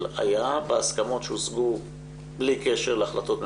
היה בהסכמות שהושגו בלי קשר להחלטות ממשלה,